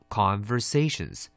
conversations